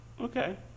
Okay